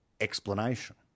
explanation